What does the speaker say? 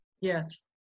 Yes